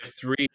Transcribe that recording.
three